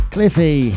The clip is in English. Cliffy